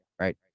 right